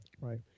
Right